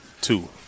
Two